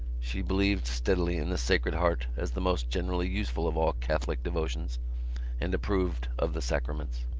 she believed steadily in the sacred heart as the most generally useful of all catholic devotions and approved of the sacraments.